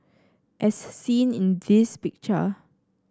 as seen in this picture